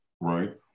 Right